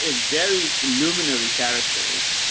ah very luminary characters,